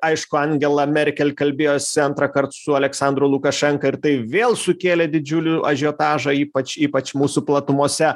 aišku angela merkel kalbėjosi antrąkart su aleksandru lukašenka ir tai vėl sukėlė didžiulį ažiotažą ypač ypač mūsų platumose